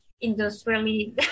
industrially